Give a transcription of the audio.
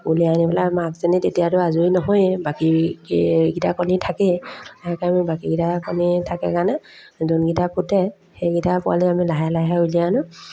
উলিয়াই আনি পেলাই মাকজনী তেতিয়াতো আজৰি নহয়েই বাকীকেইটা কণী থাকেই সেইকাৰণে বাকীকেইটা কণী থাকে কাৰণে যোনকেইটা ফুটে সেইকেইটা পোৱালি আমি লাহে লাহে উলিয়াই আনোঁ